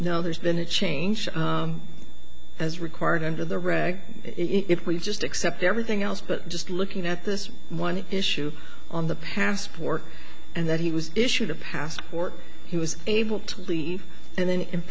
know there's been a change as required under the reg it we just accept everything else but just looking at this one issue on the passport and that he was issued a passport he was able to complete and then in